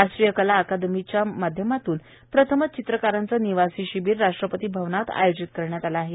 राष्ट्रीय ललित कला अकादमीच्या माध्यमातून प्रथमच चित्रकारांचे निवासी शिबीर राष्ट्रपती भवनात आयोजित करण्यात आले आहे